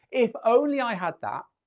if only i had that,